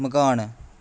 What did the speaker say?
मकान